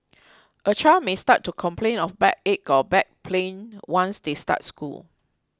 a child may start to complain of backache or back pain once they start school